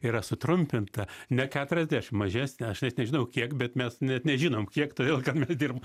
yra sutrumpinta ne keturiasdešim mažesnė aš net nežinau kiek bet mes net nežinom kiek todėl kad mes dirbam